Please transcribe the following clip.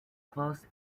close